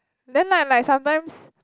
then like like sometimes